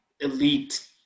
elite